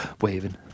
Waving